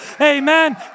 amen